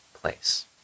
place